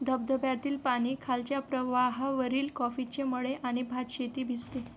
धबधब्यातील पाणी खालच्या प्रवाहावरील कॉफीचे मळे आणि भात शेती भिसते